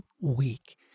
week